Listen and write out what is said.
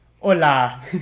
Hola